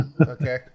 Okay